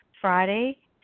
Friday